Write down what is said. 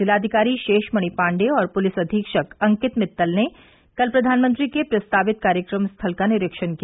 जिलाधिकारी शेषमणि पांडेय और पुलिस अधीक्षक अंकित मित्तल ने कल प्रधानमंत्री के प्रस्तावित कार्यक्रम स्थल का निरीक्षण किया